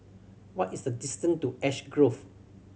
what is the distance to Ash Grove